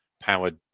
powered